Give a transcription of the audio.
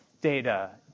data